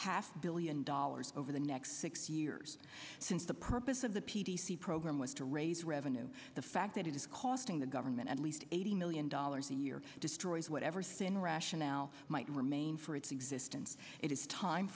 half a billion dollars over the next six years since the purpose of the p t c program was to raise revenue the fact that it is costing the government at least eighty million dollars a year destroys whatever thin rationale might remain for its existence it is time